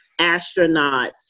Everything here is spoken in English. astronauts